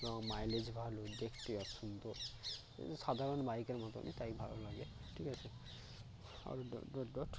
এবং মাইলেজ ভালো দেখতে সুন্দর এই সাধারণ বাইকের মতনই তাই ভালো লাগে ঠিক আছে আরও ডট ডট ডট